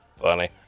Funny